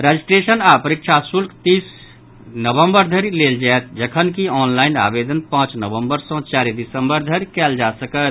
registration आ परीक्षा शुल्क तीस नवम्बर धरि लेल जायत जखनकि ऑनलाईन आवेदन पांच नवम्बर सॅ चारि दिसम्बर धरि कयल जा सकत